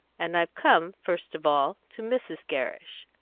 and i've come, first of all, to mrs. gerrish.